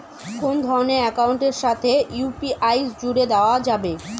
কোন ধরণের অ্যাকাউন্টের সাথে ইউ.পি.আই জুড়ে দেওয়া যাবে?